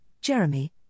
Jeremy